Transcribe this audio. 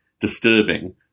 disturbing